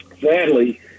sadly